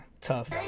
tough